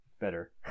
better